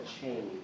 Change